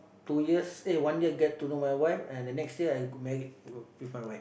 two years eh one year gap to know my wife and the next year I go married with my wife